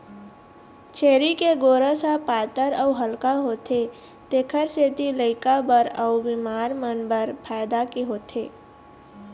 छेरी के गोरस ह पातर अउ हल्का होथे तेखर सेती लइका बर अउ बिमार मन बर फायदा के होथे